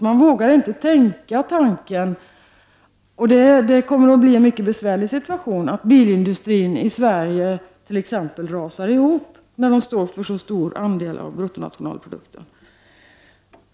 Man vågar inte att tänka tanken — och det kommer att bli en mycket besvärlig situation — att bilindustrin i Sverige rasar ihop när den står för så stor andel av bruttonationalprodukten.